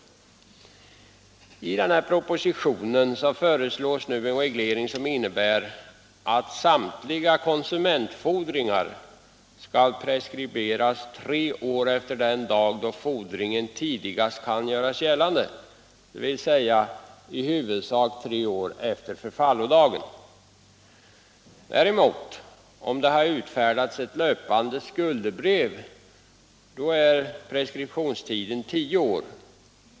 I denna proposition föreslås nu en reglering som innebär att samtliga konsumentfordringar skall preskriberas tre år efter den dag då fordringen tidigast kan göras gällande, dvs. i huvudsak tre år efter förfallodagen. Om det däremot har utfärdats ett löpande skuldebrev är preskriptions tiden tio år.